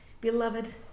Beloved